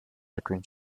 between